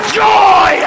joy